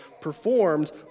performed